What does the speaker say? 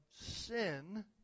sin